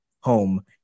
home